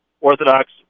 Orthodox